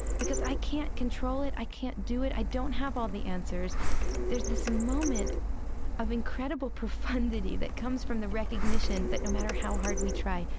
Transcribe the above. because i can't control it, i can't do it, i don't have all the answers there's this moment of incredible profundity that comes from the recognition that no matter how hard we try,